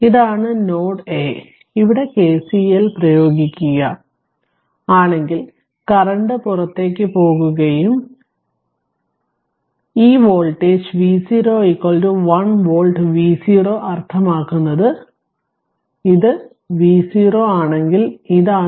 ഇതാണ് node a ഇവിടെ KCL പ്രയോഗിക്കുക ആണെങ്കിൽ കറന്റ് പുറത്തേക്കു പോകുകയും ഈ വോൾട്ടേജ് V0 1 വോൾട്ട് V0 അർത്ഥമാക്കുന്നത് ഇത് V0 ആണെങ്കിൽ ഇതാണ്